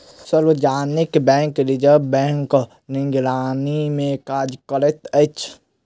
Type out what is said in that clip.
सार्वजनिक bank reserve बैंकक निगरानीमे काज करैत अछि